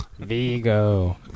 Vigo